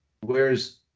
whereas